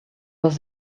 was